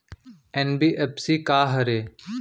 NBFC का हरे?